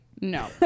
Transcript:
no